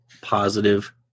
positive